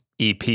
EP